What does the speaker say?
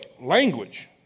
language